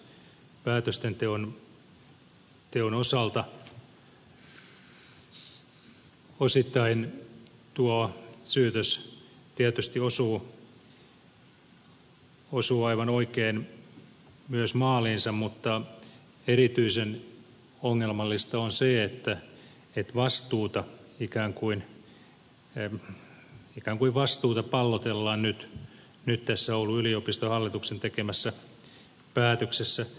osittain tuo syytös tietysti osuu aivan oikein myös maaliinsa mutta erityisen ongelmallista on se että vastuuta ikään kuin pallotellaan nyt tässä oulun yliopiston hallituksen tekemässä päätöksessä